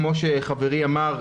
כמו שחברי אמר,